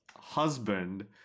husband